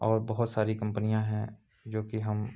और बहुत सारी कम्पनियाँ है जो कि हम